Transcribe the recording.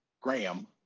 Graham